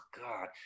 God